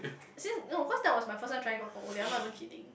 since no cause that was my first time trying guacamole I'm not even kidding